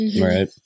Right